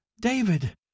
David